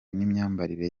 n’imyambarire